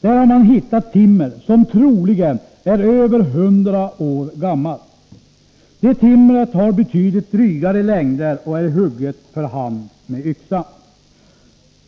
Där har man hittat timmer som troligen är över hundra år gammalt, och det timret har betydligt drygare längder än det som avverkas i dag och är hugget för hand med yxa.